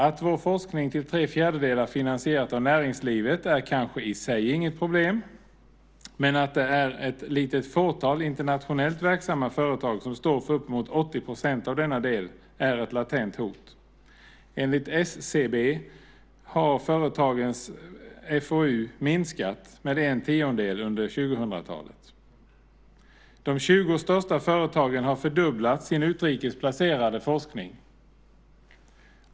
Att vår forskning till tre fjärdedelar finansieras av näringslivet är kanske i sig inget problem, men att det är ett litet fåtal internationellt verksamma företag som står för uppemot 80 % av denna del är ett latent hot. Enligt SCB har företagens FoU minskat med en tiondel under 2000-talet. De 20 största företagen har fördubblat sin utrikes placerade forskning.